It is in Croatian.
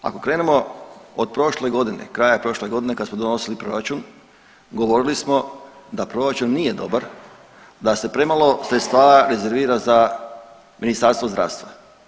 Ako krenemo od prošle godine, kraja prošle godine kad smo donosili proračun, govorili smo da proračun nije dobar, da se premalo sredstava rezervira za Ministarstvo zdravstva.